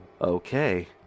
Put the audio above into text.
Okay